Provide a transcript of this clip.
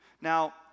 Now